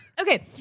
Okay